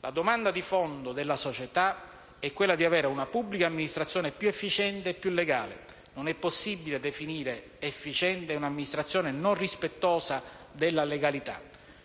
La domanda di fondo della società è quella di avere una pubblica amministrazione più efficiente e più legale: non è possibile definire efficiente un'amministrazione non rispettosa della legalità,